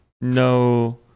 no